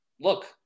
Look